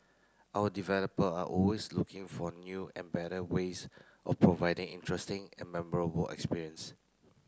our developer are always looking for new and better ways of providing interesting and memorable experience